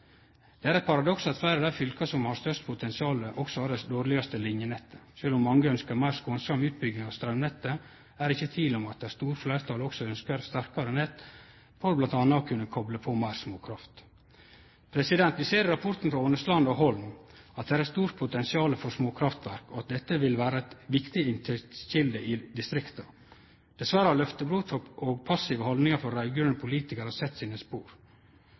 er eit paradoks at fleire av dei fylka som har størst potensial, også har det dårlegaste linjenettet. Sjølv om mange ønskjer meir skånsam utbygging av straumnettet, er det ikkje tvil om at det store fleirtalet også ønskjer eit sterkare nett for bl.a. å kunne kople på meir småkraft. Vi ser i frå rapporten til Aanesland og Holm at det er eit stort potensial frå småkraftverk, og at dette vil vere ei viktig inntektskjelde i distrikta. Dessverre har løftebrot og passive haldningar frå raud-grøne politikarar sett sine spor.